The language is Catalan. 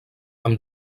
amb